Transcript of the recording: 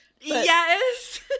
Yes